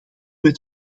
met